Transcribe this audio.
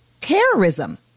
terrorism